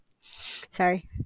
Sorry